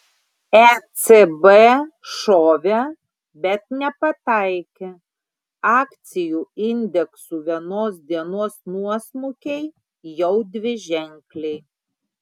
ecb šovė bet nepataikė akcijų indeksų vienos dienos nuosmukiai jau dviženkliai